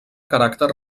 caràcter